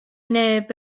neb